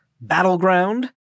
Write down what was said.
battleground